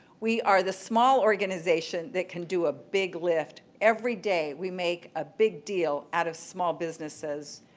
we are the small organization that can do a big lift. everyday we make a big deal out of small businesses.